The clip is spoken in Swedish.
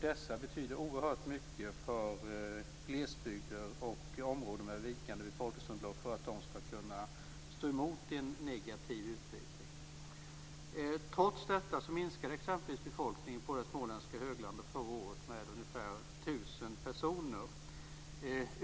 Dessa betyder oerhört mycket för att glesbygder och områden med vikande befolkningsunderlag skall kunna stå emot en negativ utveckling. Trots detta minskade exempelvis befolkningen på det småländska höglandet förra året med ungefär 1 000 personer.